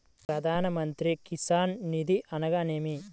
ప్రధాన మంత్రి కిసాన్ నిధి అనగా నేమి?